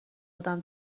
آدم